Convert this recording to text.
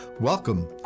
Welcome